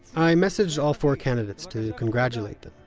i messaged all four candidates to congratulate them.